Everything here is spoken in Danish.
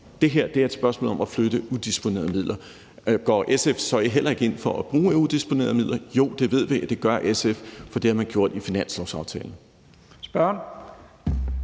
Det her er et spørgsmål om at flytte udisponerede midler. Går SF så heller ikke ind for at bruge udisponerede midler? Jo, det ved vi at SF gør, for det har man gjort i finanslovsaftalen.